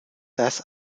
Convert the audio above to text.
dass